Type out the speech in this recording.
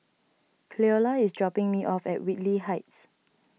Cleola is dropping me off at Whitley Heights